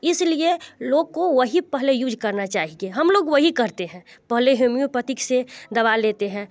इस लिए लोग को वही पहले यूज करना चाहिए हम लोग वही करते हैं पहले हेमियोपथिक से दवा लेते हैं